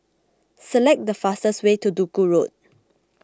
select the fastest way to Duku Road